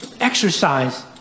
Exercise